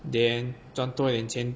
then 赚多一点钱